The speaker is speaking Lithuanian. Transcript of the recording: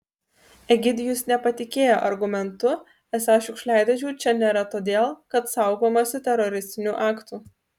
egidijus nepatikėjo argumentu esą šiukšliadėžių čia nėra todėl kad saugomasi teroristinių aktų